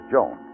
Joan